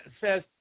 says